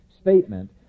statement